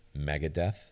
Megadeth